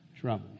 trouble